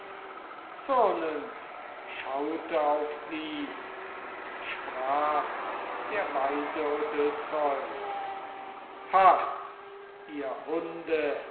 zürnend schaute auf sie und sprach der weise odysseus ha ihr hunde